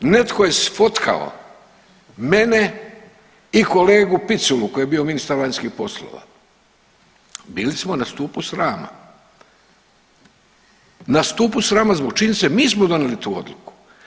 Netko je fotkao mene i kolegu Piculu koji je bio ministar vanjskih poslova, bili smo na stupu srama, na stupu srama zbog činjenice, mi smo donijeli tu odluku.